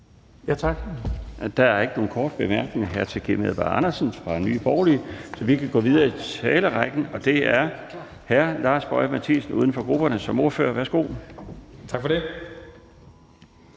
Tak. Der er ikke nogen korte bemærkninger til hr. Kim Edberg Andersen fra Nye Borgerlige, så vi kan gå videre i talerrækken, og det er nu hr. Lars Boje Mathiesen, uden for grupperne, som privatist. Værsgo. Kl.